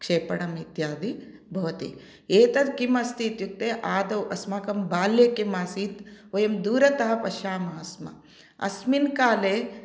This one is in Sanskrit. क्षेपणम् इत्यादि भवति एतत् किमस्ति इत्युक्ते आदौ अस्माकं बाल्ये किम् आसीत् वयं दूरतः पश्यामः स्म अस्मिन् काले